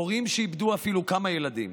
הורים שאיבדו אפילו כמה ילדים,